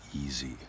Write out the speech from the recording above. easy